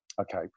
Okay